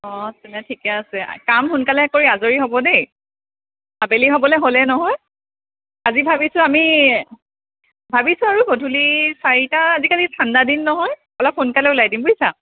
অ' তেনে ঠিকে আছে কাম সোনকালে কৰি আজৰি হ'ব দেই আবেলি হ'বলৈ হ'লেই নহয় আজি ভাবিছোঁ আমি ভাবিছোঁ আৰু গধূলি চাৰিটা আজিকালি ঠাণ্ডা দিন নহয় অলপ সোনকালে ওলাই দিম বুজিছা